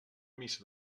missa